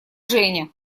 женя